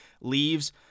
leaves